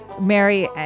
Mary